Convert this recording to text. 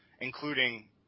including